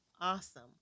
Awesome